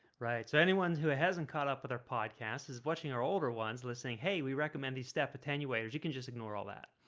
right? so anyone who hasn't caught up with our podcast is watching our older ones list saying hey we recommend these step attenuators. you can just ignore all that